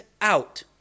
out